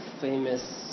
famous